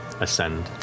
ascend